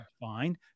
fine